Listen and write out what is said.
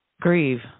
grieve